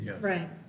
Right